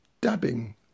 dabbing